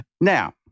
Now